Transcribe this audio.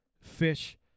fish